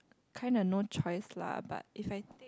kind of no choice lah but if I